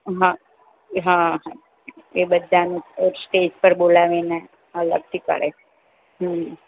હં હં એ બધાનું તો સ્ટેજ પર બોલાવીને અલગથી કરે હમ્મ